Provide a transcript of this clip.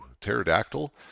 pterodactyl